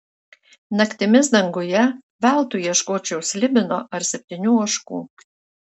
naktimis danguje veltui ieškočiau slibino ar septynių ožkų